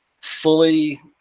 fully